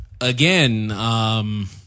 again